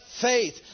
faith